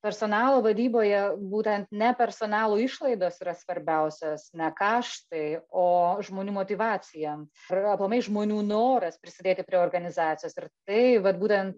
personalo vadyboje būtent ne personalo išlaidos yra svarbiausios ne kaštai o žmonių motyvacija ir aplamai žmonių noras prisidėti prie organizacijos ir tai vat būten